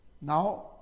now